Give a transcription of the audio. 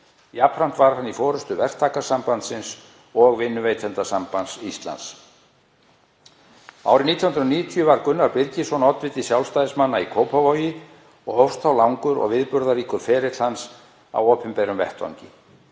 Jafnframt var hann í forystu Verktakasambandsins og Vinnuveitendasambands Íslands. Árið 1990 varð Gunnar Birgisson oddviti sjálfstæðismanna í Kópavogi og hófst þá langur og viðburðaríkur ferill hans á opinberum vettvangi.